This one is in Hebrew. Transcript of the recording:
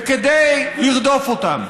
וכדי לרדוף אותם,